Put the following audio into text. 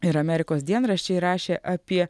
ir amerikos dienraščiai rašė apie